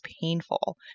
painful